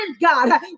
God